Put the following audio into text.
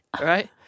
right